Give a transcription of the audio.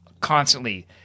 constantly